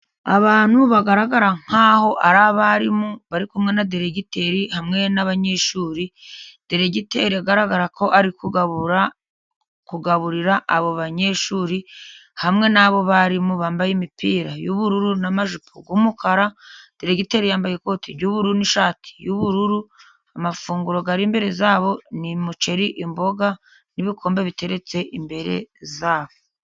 Abantu bagaragara nkaho ari abarimu bari kumwe na diregiteri hamwe n'abanyeshuri, diregiteri agaragara ko ari kugabura, kugaburira abo banyeshuri, hamwe nabo barimu bambaye imipira y'ubururu n'amajipo y'umukara, diregiteri yambaye ikoti ry'ubururu n'ishati y'ubururu. Amafunguro ari imbere yabo ni umuceri, imboga n'ibikombe biteretse imbere yabo.